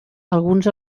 alguns